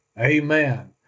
Amen